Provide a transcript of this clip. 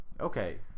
Okay